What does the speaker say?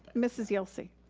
mrs. yelsey.